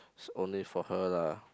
it's only for her lah